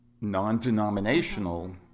non-denominational